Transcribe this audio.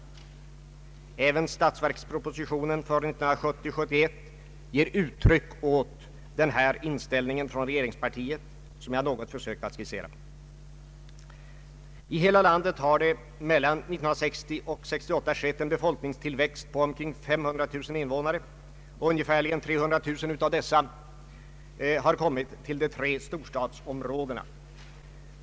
Även statsverkspropositionen för 1970/71 ger uttryck åt den här inställningen från regeringspartiet som jag något försökt att skissera. I hela landet har det mellan åren 1960 och 1968 skett en befolkningstillväxt på omkring 500 000 invånare, och ungefär 300 000 av dessa har kommit till de tre storstadsområdena.